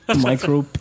Micro